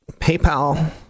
PayPal